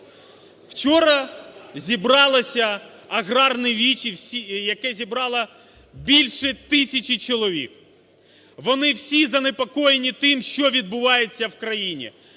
Вчора зібралося аграрне віче, яке зібрало більше тисячі чоловік. Вони всі занепокоєні тим, що відбувається в країні,